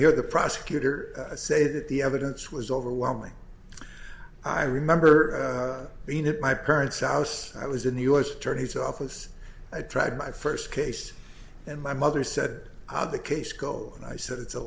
hear the prosecutor say that the evidence was overwhelming i remember being at my parents house i was in the u s attorney's office i tried my first case and my mother said how the case go i said it's a